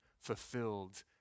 fulfilled